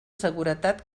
seguretat